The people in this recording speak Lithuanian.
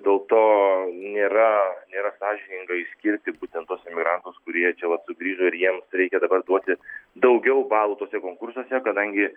dėl to nėra nėra sąžininga išskirti būtent tuos emigrantus kurie čia vat sugrįžo ir jiems reikia dabar duoti daugiau balų tuose konkursuose kadangi